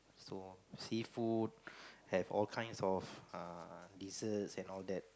so seafood have all kinds of err desserts and all that